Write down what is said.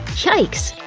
yikes!